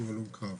הוא הלום קרב.